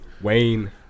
Wayne